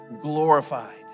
glorified